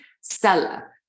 seller